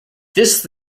this